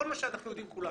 כל מה שאנחנו יודעים כולנו,